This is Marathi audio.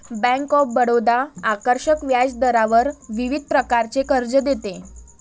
बँक ऑफ बडोदा आकर्षक व्याजदरावर विविध प्रकारचे कर्ज देते